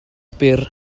byr